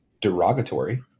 derogatory